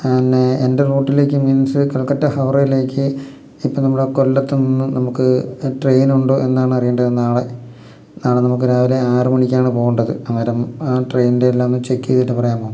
എന്നെ എൻ്റെ റൂട്ടിലേക്ക് മീൻസ് കൊൽക്കട്ട ഹറയിലേക്ക് ഇപ്പ നമ്മുടെ കൊല്ലത്ത നിന്നും നമുക്ക് ട്രെയിൻ ഉണ്ടോ എന്നാണ് അറിയേണ്ടത് നാളെ നാളെ നമുക്ക് രാവിലെ ആറ് മണിക്കാണ് പോവേണ്ടത് അന്നേരം ആ ട്രെയിനിൻ്റെ എല്ലാം ഒന്നും ചെക്ക് ചെയ്തിട്ട് പറയാമോ